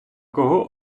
кого